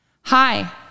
Hi